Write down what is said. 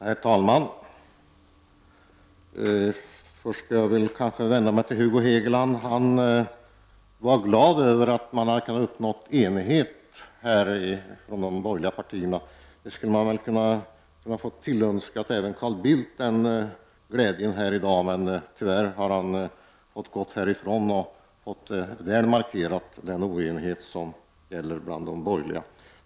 Herr talman! Först vill jag vända mig till Hugo Hegeland, som var glad över att de borgerliga partierna här hade kunnat uppnå enighet. Man skulle väl kunna tillönska även Carl Bildt den glädjen här i dag, men tyvärr har han gått härifrån — och väl markerat den oenighet som gäller bland de borgerliga.